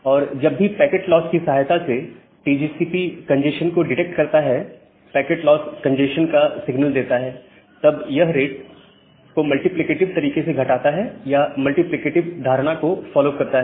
और जब भी पैकेट लॉस की सहायता से टीसीपी कंजेस्शन को डिटेक्ट करता है पैकेट लॉस कंजेस्शन का सिग्नल देता है तब यह रेट को मल्टीप्लिकेटिव तरीके से घटाता है या मल्टीप्लिकेटिव धारणा को फॉलो करता है